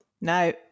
No